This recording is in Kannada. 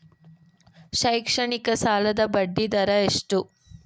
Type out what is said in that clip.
ಶೈಕ್ಷಣಿಕ ಸಾಲದ ಬಡ್ಡಿ ದರ ಎಷ್ಟು?